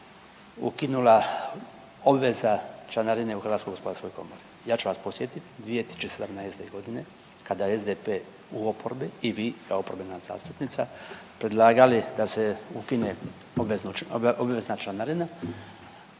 ukinula obveza članarine u HGK. Ja ću vas podsjetiti 2017. godine kada je SDP u oporbi i vi kao …/nerazumljivo/… predlagali da se ukine obvezna članarina